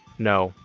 no.